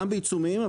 גם בעיצומים.